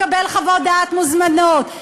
לקבל חוות דעת מוזמנות,